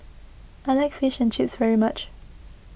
I like Fish and Chips very much